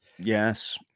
Yes